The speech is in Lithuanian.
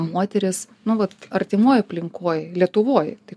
moteris nu vat artimoj aplinkoj lietuvoj tai